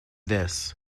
this